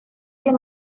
you